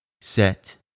set